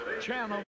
channel